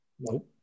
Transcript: No